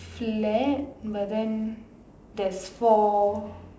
flat but then there's four